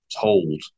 told